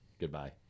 goodbye